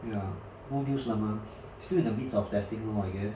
ya no use 了嘛 still in the midst of testing lor I guess